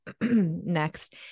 next